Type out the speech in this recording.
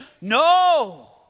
No